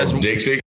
Dixie